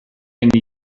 gen